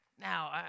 Now